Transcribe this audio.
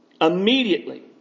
Immediately